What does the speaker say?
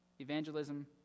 evangelism